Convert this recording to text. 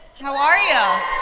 how are you?